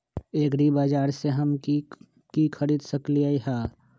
एग्रीबाजार से हम की की खरीद सकलियै ह?